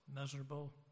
miserable